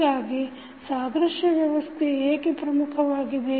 ಹೀಗಾಗಿ ಸಾದೃಶ್ಯ ವ್ಯವಸ್ಥೆ ಏಕೆ ಪ್ರಮುಖವಾಗಿದೆ